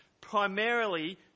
primarily